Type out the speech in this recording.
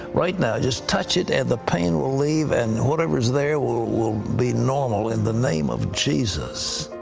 right now just touch it and the pain will leave. and whatever is there will will be normal in the name of jesus.